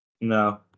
No